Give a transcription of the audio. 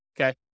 Okay